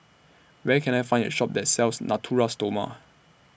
Where Can I Find A Shop that sells Natura Stoma